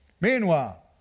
Meanwhile